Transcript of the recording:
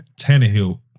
Tannehill